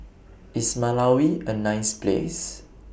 IS Malawi A nice Place